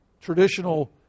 traditional